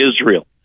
Israel